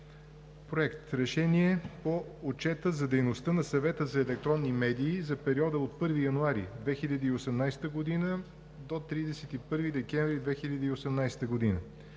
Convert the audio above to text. „Проект! РЕШЕНИЕ по Отчета за дейността на Съвета за електронни медии за периода 1 януари 2018 г. – 31 декември 2018 г.